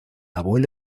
abuela